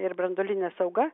ir branduoline sauga